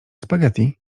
spaghetti